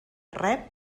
rep